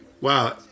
wow